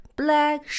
black